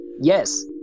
Yes